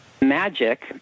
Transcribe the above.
MAGIC